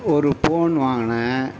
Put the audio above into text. ஒரு போன் வாங்கினேன்